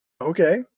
Okay